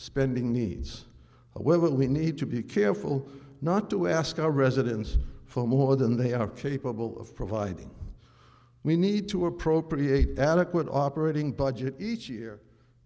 spending needs where we need to be careful not to ask our residents for more than they are capable of providing we need to appropriate adequate operating budget each year